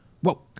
Whoa